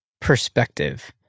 perspective